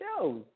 shows